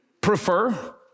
prefer